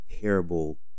terrible